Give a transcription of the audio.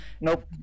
Nope